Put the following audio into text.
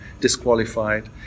disqualified